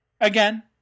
Again